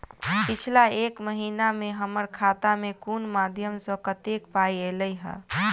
पिछला एक महीना मे हम्मर खाता मे कुन मध्यमे सऽ कत्तेक पाई ऐलई ह?